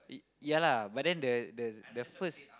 yeah lah but then the the the first